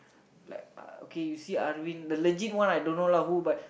like uh okay you see Arwin the legit one I don't know lah who but